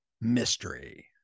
mystery